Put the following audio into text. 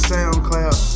SoundCloud